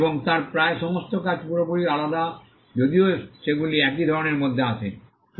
এবং তার প্রায় সমস্ত কাজ পুরোপুরি আলাদা যদিও সেগুলি একই ধরণের মধ্যে আসে